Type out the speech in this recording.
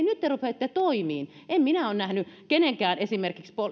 nyt te rupeatte toimiin en minä ole nähnyt kenenkään esimerkiksi